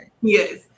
Yes